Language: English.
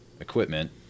equipment